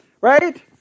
right